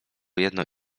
jedno